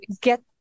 get